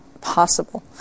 possible